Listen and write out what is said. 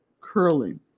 curling